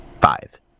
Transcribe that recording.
Five